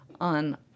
On